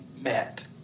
met